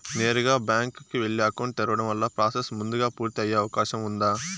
నేరుగా బ్యాంకు కు వెళ్లి అకౌంట్ తెరవడం వల్ల ప్రాసెస్ ముందుగా పూర్తి అయ్యే అవకాశం ఉందా?